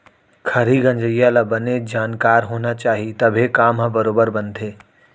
खरही गंजइया ल बने जानकार होना चाही तभे काम ह बरोबर बनथे